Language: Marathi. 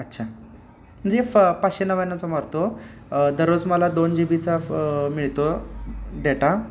अच्छा म्हणजे फ पाचशे नव्याण्णवचा मारतो दररोज मला दोन जी बीचा मिळतो डेटा